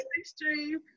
extreme